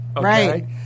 Right